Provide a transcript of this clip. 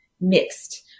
mixed